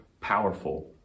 powerful